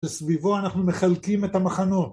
בסביבו אנחנו מחלקים את המחנות